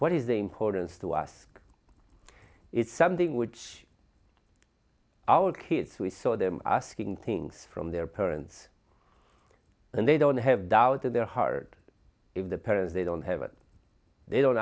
what is the importance to us it's something which our kids we saw them asking things from their parents and they don't have doubt in their heart if the parents they don't have it they don't